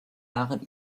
darin